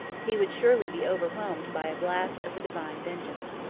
he would surely be overwhelmed by a blast of the divine vengeance.